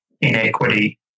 inequity